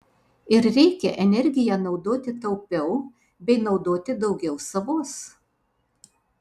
ir reikia energiją naudoti taupiau bei naudoti daugiau savos